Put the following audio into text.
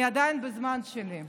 אני עדיין בזמן שלי.